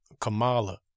Kamala